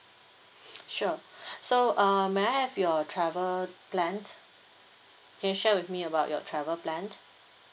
sure so uh may I have your travel plan can you share with me about your travel plan